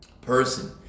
person